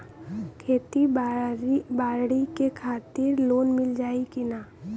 खेती बाडी के खातिर लोन मिल जाई किना?